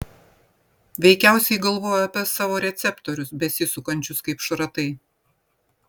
veikiausiai galvojo apie savo receptorius besisukančius kaip šratai